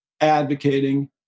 advocating